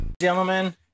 Gentlemen